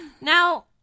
Now